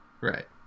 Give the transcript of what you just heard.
right